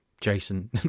Jason